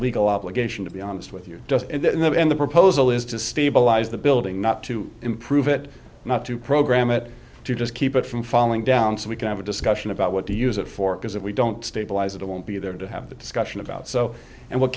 legal obligation to be honest with you and the proposal is to stabilize the building not to improve it not to program it to just keep it from falling down so we can have a discussion about what to use it for because if we don't stabilize it it won't be there to have the discussion about so and what